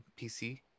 PC